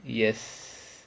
yes